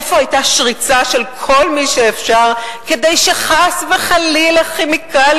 איפה היתה שריצה של כל מי שאפשר כדי שחס וחלילה "כימיקלים